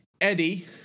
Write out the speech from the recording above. Eddie